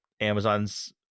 Amazon's